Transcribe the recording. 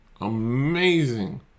amazing